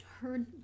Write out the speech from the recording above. heard